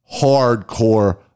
hardcore